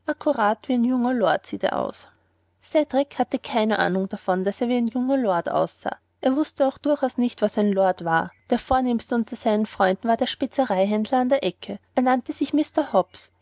accurat wie ein junger lord sieht er aus cedrik hatte keine ahnung davon daß er wie ein junger lord aussah er wußte auch durchaus nicht was ein lord war der vornehmste unter seinen freunden war der spezereihändler an der ecke der grobe mann der gegen ihn nie grob war er nannte sich mr hobbs